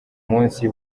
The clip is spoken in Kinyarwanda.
munsi